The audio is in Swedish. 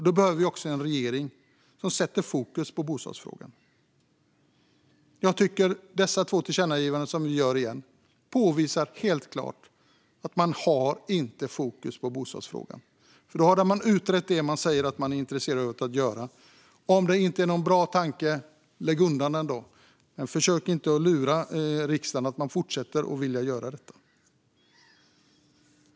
Då behöver vi också en regering som sätter fokus på bostadsfrågan. Jag tycker att de två tillkännagivanden som vi återigen gör helt klart visar att man inte har fokus på bostadsfrågan. Då hade man utrett det man säger att man är intresserad av att göra. Om det inte är någon bra tanke, lägg undan den då! Men försök inte lura riksdagen att man fortfarande vill göra detta.